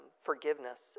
forgiveness